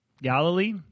Galilee